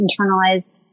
internalized